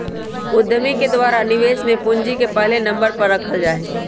उद्यमि के द्वारा निवेश में पूंजी के पहले नम्बर पर रखल जा हई